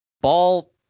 ball